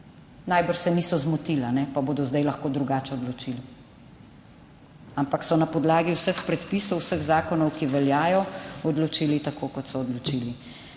Najbrž se niso zmotili, pa bodo zdaj lahko drugače odločili, ampak so na podlagi vseh predpisov, vseh zakonov, ki veljajo odločili tako kot so odločili.